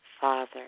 Father